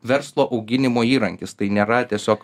verslo auginimo įrankis tai nėra tiesiog